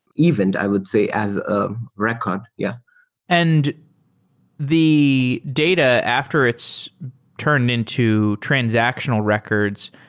even, i would say, as a record. yeah and the data after it's turned into transactional records,